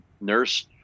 Nurse